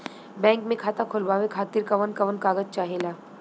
Bank मे खाता खोलवावे खातिर कवन कवन कागज चाहेला?